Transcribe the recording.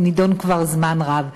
והוא נדון כבר זמן רב.